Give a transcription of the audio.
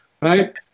Right